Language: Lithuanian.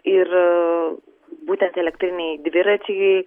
ir būtent elektriniai dviračiai